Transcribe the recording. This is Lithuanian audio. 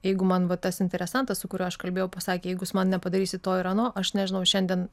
jeigu man va tas interesantas su kuriuo aš kalbėjau pasakė jeigu jūs man nepadarysit to ir ano aš nežinau šiandien